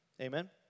Amen